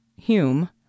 Hume